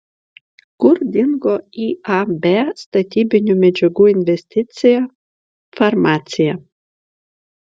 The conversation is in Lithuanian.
kur dingo iab statybinių medžiagų investicija farmacija